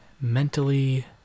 mentally